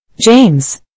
James